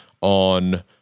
on